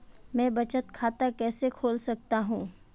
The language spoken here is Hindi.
मैं बचत खाता कैसे खोल सकता हूँ?